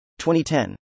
2010